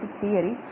theory